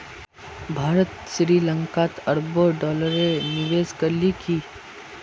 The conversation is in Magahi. भारत श्री लंकात अरबों डॉलरेर निवेश करील की